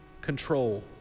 control